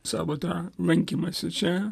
savo tą lankymąsi čia